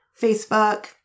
Facebook